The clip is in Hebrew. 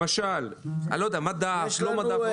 למשל מדף, לא מדף.